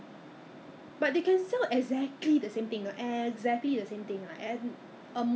到时你才 m~ order 还了钱的 of the items 之后你才知道 freight forwarding 多少钱